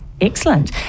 Excellent